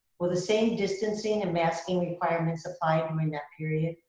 will the same distancing and masking requirements apply during that period?